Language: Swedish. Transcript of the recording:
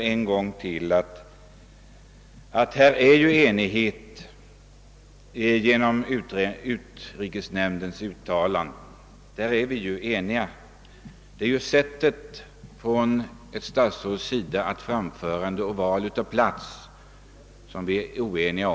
Det kan bara ännu en gång framhållas, att utrikesnämndens uttalande var enhälligt; det är ett statsråds sätt att framträda och valet av plats som vi är oeniga om.